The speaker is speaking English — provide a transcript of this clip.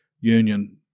Union